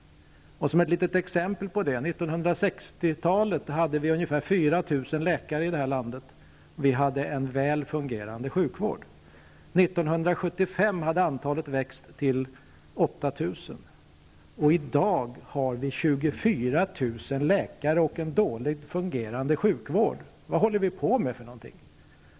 Som ett litet exempel på det kan jag nämna att på 1960-talet hade vi ungefär 4 000 läkare i landet, och vi hade då en väl fungerande sjukvård. 1975 hade antalet läkare växt till 8 000. I dag har vi 24 000 läkare och en dåligt fungerande sjukvård. Vad håller vi på med för någonting?